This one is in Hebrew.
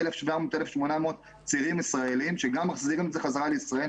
כ-1,800-1,700 צעירים ישראלים שגם מחזירים את זה חזרה לישראל,